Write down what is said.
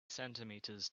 centimeters